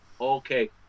okay